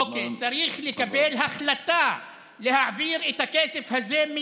צריך לקבל החלטה להעביר מייד את הכסף הזה,